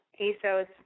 ASOS